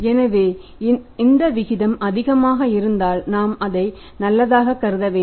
எனவே இந்த விகிதம் அதிகமாக இருந்தால் நாம் அதை நல்லதாகக் கருத வேண்டும்